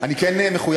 אני כן מחויב,